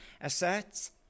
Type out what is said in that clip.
asserts